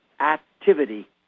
activity